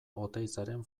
oteizaren